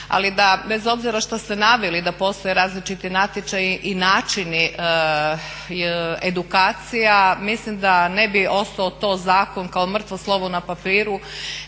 Ali bez obzira što ste naveli da postoje različiti natječaji i načini edukacija mislim da ne bi ostao to zakon kao mrtvo slovo na papiru